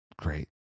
Great